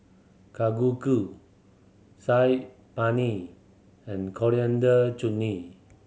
Saag Paneer and Coriander